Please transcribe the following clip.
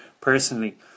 Personally